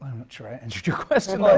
sure i answered your question! like